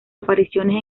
apariciones